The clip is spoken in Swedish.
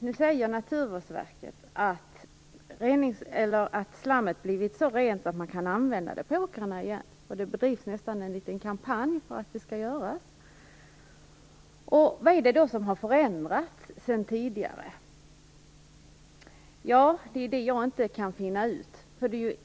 Nu säger Naturvårdsverket att slammet blivit så rent att man kan använda det på åkrarna igen. Det bedrivs nästan en liten kampanj för det. Vad är det som har förändrats sedan tidigare? Det kan jag inte finna ut.